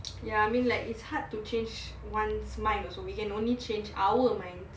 ya I mean like it's hard to change one's mind also we can only change our minds